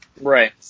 Right